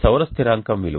ఈ సౌర స్థిరాంకం విలువ 1